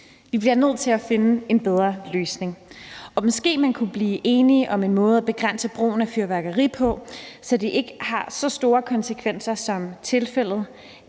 Vi bliver nødt til at finde en bedre løsning. Måske man kunne blive enig om en måde at begrænse brugen af fyrværkeri på, så det ikke har så store konsekvenser, som det